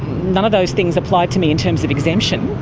none of those things applied to me in terms of exemption.